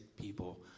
people